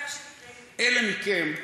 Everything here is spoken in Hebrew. אלה מכם,